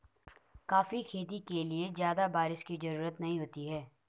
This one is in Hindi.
कॉफी खेती के लिए ज्यादा बाऱिश की जरूरत नहीं होती है